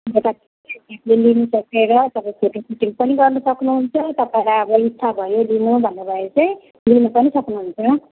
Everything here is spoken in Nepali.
हजुर सकेर तपाईँ फोटो सुटिङ पनि गर्नु सक्नुहुन्छ तपाईँलाई अब इच्छा भयो लिनु भन्नुभयो भने चाहिँ लिनु पनि सक्नुहुन्छ